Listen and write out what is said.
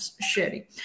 sharing